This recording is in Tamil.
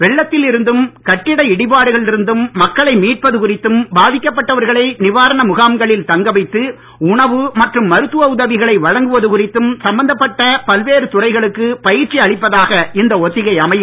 வெள்ளத்தில் இருந்தும் கட்டிட இடிபாடுகளில் இருந்தும் மக்களை மீட்பது குறித்தும் பாதிக்கப் பட்டவர்களை நிவாரண முகாம்களில் தங்கவைத்து உணவு மற்றும் மருத்துவ உதவிகளை வழங்குவது குறித்தும் சம்பந்தப்பட்ட பல்வேறு துறைகளுக்கு பயிற்சி அளிப்பதாக இந்த ஒத்திகை அமையும்